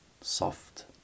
soft